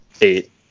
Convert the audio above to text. eight